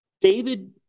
David